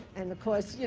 and of course, yeah